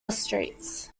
streets